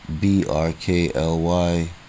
B-R-K-L-Y